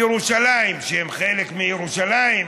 שועפאט, שהן חלק מירושלים,